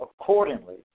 accordingly